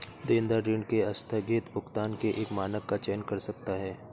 देनदार ऋण के आस्थगित भुगतान के एक मानक का चयन कर सकता है